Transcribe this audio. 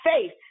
faith